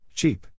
Cheap